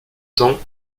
temps